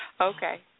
Okay